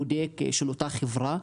בודק של אותה חברה,